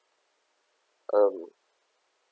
um